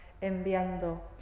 enviando